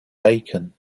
bacon